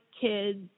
kids